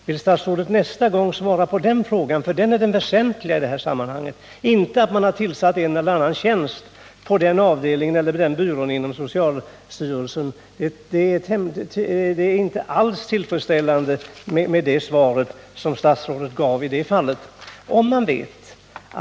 Vill statsrådet nästa gång svara på den frågan, eftersom det är den som är det väsentliga i det här sammanhanget och inte att man har tillsatt en eller annan tjänst på den eller den avdelningen eller den eller den byrån inom socialstyrelsen. Det svar som statsrådet gav i det fallet är inte alls tillfredsställande.